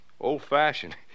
Old-fashioned